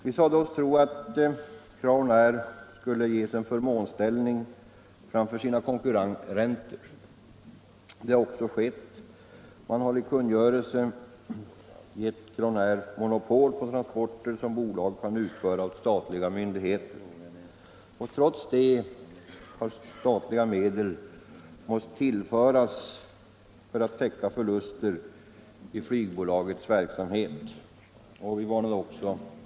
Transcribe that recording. Vi sade oss tro att Crownair AB skulle ges en förmånsställning framför sina konkurrenter. Det har också skett. Man har i kungörelse gett Crownair AB monopol på transporter som bolaget kan utföra åt statliga myndigheter, och trots detta har statliga medel måst — Nr 30 tillföras för att täcka förluster i flygbolagets verksamhet. Också för den Onsdagen den utvecklingen varnade vi i vår reservation.